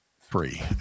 three